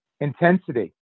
intensity